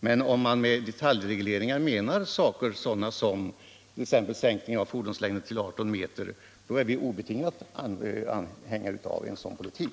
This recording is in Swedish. Men om man med detaljregleringar menar sådana saker som t.ex. en minskning av fordonslängden till 18 m. är vi obetingat anhängare av en sådan politik.